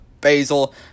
basil